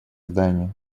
здание